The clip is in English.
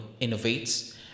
innovates